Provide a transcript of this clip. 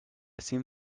seem